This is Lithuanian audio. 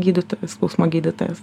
gydytojas skausmo gydytojas